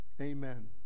amen